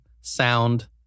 sound